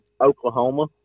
Oklahoma